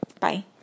Bye